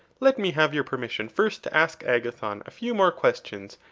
let me have your permission first to ask agathon a few more questions,